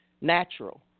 natural